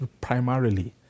primarily